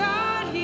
God